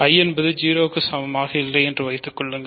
I என்பது 0 க்கு சமமாக இல்லை என்று வைத்துக் கொள்ளுங்கள்